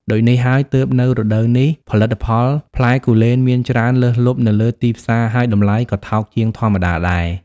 ដូចនេះហើយ ទើបនៅរដូវនេះផលិតផលផ្លែគូលែនមានច្រើនលើសលប់នៅលើទីផ្សារ ហើយតម្លៃក៏ថោកជាងធម្មតាដែរ។